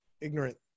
ignorant